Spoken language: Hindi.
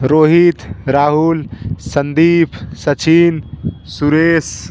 रोहित राहुल संदीप सचिन सुरेश